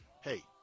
hey